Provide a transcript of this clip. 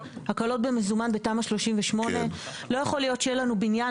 הקלות במזומן בתמ"א 38. לא יכול להיות שיהיה לנו בניין